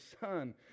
Son